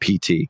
PT